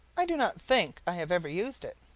i do not think i have ever used it.